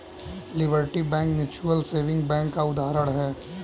liberty bank mutual saving bank का उदाहरण है